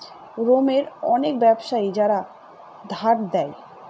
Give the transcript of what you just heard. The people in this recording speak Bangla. রোমের অনেক ব্যাবসায়ী যারা ধার দেয়